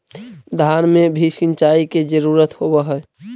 धान मे भी सिंचाई के जरूरत होब्हय?